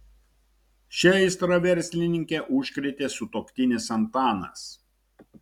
šia aistra verslininkę užkrėtė sutuoktinis antanas